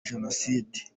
jenoside